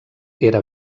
era